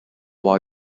while